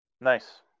nice